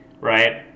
right